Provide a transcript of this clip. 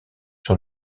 sur